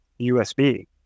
USB